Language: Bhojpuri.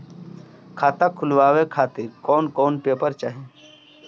खाता खुलवाए खातिर कौन कौन पेपर चाहीं?